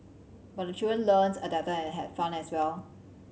but the children learns adapted and had fun as well